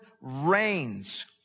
reigns